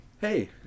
Hey